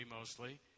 mostly